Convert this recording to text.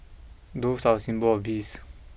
doves are a symbol of peace